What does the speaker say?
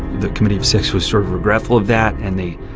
the committee of six was sort of regretful of that. and they